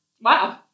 wow